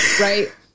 Right